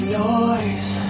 noise